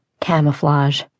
camouflage